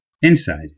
Inside